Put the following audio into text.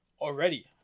Already